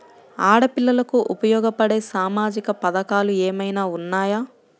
ఆడపిల్లలకు ఉపయోగపడే సామాజిక పథకాలు ఏమైనా ఉన్నాయా?